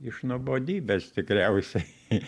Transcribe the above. iš nuobodybės tikriausiai